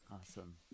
Awesome